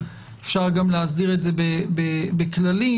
אפשר גם להסדירו בכללים,